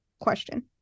question